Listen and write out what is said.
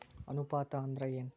ಅನುಪಾತ ಅಂದ್ರ ಏನ್?